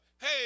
Hey